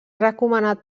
recomanat